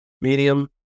medium